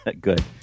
Good